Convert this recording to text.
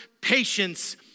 patience